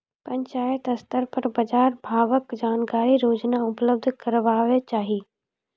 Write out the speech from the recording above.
पंचायत स्तर पर बाजार भावक जानकारी रोजाना उपलब्ध करैवाक चाही?